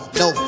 no